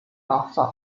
拉萨